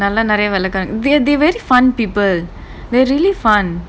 நல்ல நெறைய வெளக்காறவங்க:nalla naraiya velakaravanga they they very fun they really fun